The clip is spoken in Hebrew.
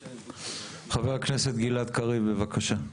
חבר הכנסת גלעד קריב, בבקשה.